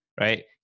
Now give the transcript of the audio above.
right